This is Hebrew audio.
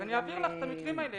אז אני אעביר לך את המקרים האלה,